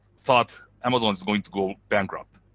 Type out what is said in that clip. thought amazon is going to go bankrupt.